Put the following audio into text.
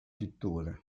pittura